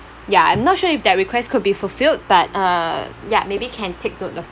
ya I'm not sure if that request could be fulfilled but uh ya maybe can take note of